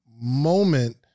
moment